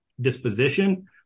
disposition